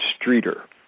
Streeter